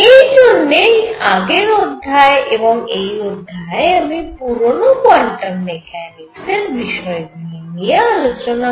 এই জন্যই আগের অধ্যায় এবং এই অধ্যায়ে আমি পুরনো কোয়ান্টাম মেকানিক্স এর বিষয়গুলি নিয়ে আলোচনা করছি